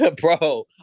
Bro